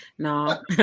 No